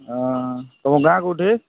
ହଁ ତୁମ ଗାଁ କୋଉଠି